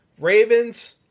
Ravens